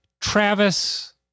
Travis